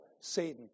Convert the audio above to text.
Satan